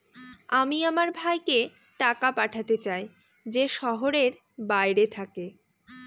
আমি আমার ভাইকে টাকা পাঠাতে চাই যে শহরের বাইরে থাকে